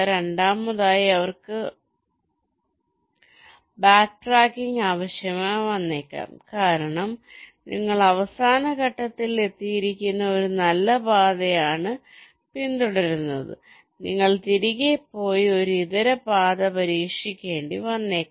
രണ്ടാമതായി അവർക്ക് ബാക്ക്ട്രാക്കിംഗ് ആവശ്യമായി വന്നേക്കാം കാരണം നിങ്ങൾ അവസാന ഘട്ടത്തിൽ എത്തിയിരിക്കുന്ന ഒരു നല്ല പാതയാണ് നിങ്ങൾ പിന്തുടരുന്നത് നിങ്ങൾ തിരികെ പോയി ഒരു ഇതര പാത പരീക്ഷിക്കേണ്ടി വന്നേക്കാം